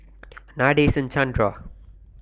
Nadasen Chandra